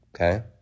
okay